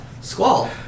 Squall